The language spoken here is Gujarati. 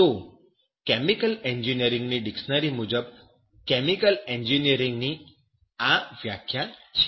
તો કેમિકલ એન્જિનિયરીંગની ડિક્શનરી મુજબ કેમિકલ એન્જિનિયરીંગની આ વ્યાખ્યા છે